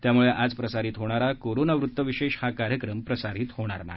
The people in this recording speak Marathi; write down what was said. यामुळे आज प्रसारित होणारा कोरोनावृत्तविशेष हा कार्यक्रम प्रसारित होणार नाही